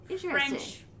French